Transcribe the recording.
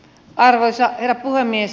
arvoisa herra puhemies